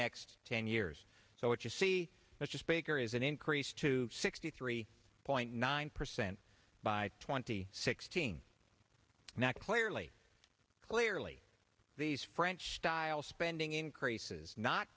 next ten years so what you see mr speaker is an increase to sixty three point nine percent by twenty sixteen now clearly clearly these french style spending increases not